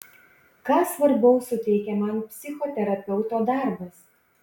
ką svarbaus suteikia man psichoterapeuto darbas